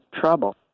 trouble